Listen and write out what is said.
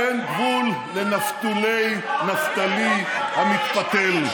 אין גבול לנפתולי נפתלי המתפתל.